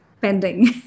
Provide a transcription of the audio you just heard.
pending